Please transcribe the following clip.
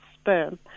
sperm